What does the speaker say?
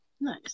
Nice